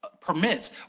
permits